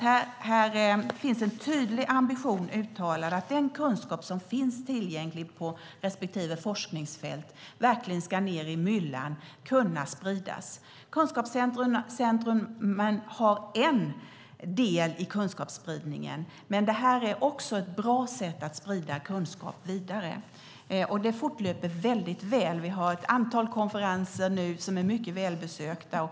Här finns en tydlig ambition uttalad att den kunskap som finns tillgänglig på respektive forskningsfält verkligen ska ned i myllan och kunna spridas. Kunskapscentrumen har en del i kunskapsspridningen, men det här är också ett bra sätt att sprida kunskap vidare. Det fortlöper väldigt väl. Vi har ett antal konferenser nu som är mycket välbesökta.